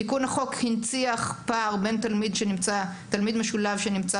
תיקון החוק הנציח פער בין תלמיד משולב שנמצא